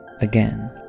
Again